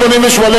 לפי סעיף 88,